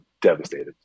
devastated